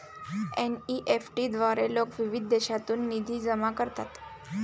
NEFT द्वारे लोक विविध देशांतून निधी जमा करतात